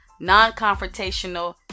non-confrontational